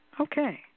Okay